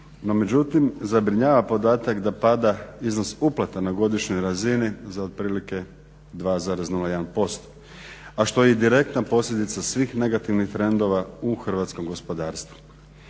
međutim zabrinjava podatak da pada iznos uplata na godišnjoj razini za otprilike 2,01% a što je i direktna posljedica svih negativnih trendova u hrvatskom gospodarstvu.